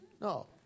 No